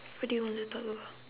what do you want to talk about